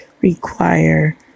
require